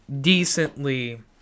decently